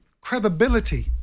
Credibility